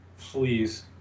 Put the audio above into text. Please